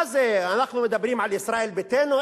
מה זה, אנחנו מדברים על ישראל ביתנו?